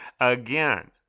Again